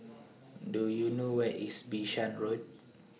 Do YOU know Where IS Bishan Road